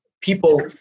people